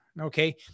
okay